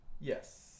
Yes